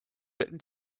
written